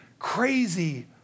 Crazy